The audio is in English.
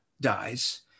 dies